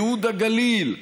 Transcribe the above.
ייהוד הגליל,